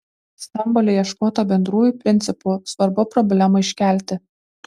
stambule ieškota bendrųjų principų svarbu problemą iškelti